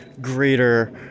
greater